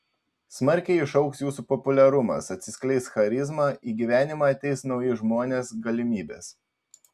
smarkiai išaugs jūsų populiarumas atsiskleis charizma į gyvenimą ateis nauji žmonės galimybės